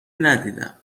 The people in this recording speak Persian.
ندیدم